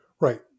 Right